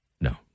No